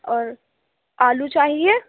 اور آلو چاہیے